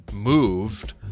moved